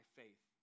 faith